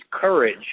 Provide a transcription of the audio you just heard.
courage